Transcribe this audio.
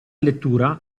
lettura